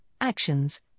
actions